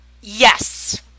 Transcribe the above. yes